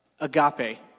agape